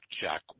Jack